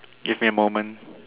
give me a moment